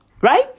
right